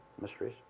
mysteries